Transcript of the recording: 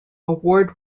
award